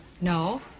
No